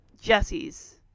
Jesse's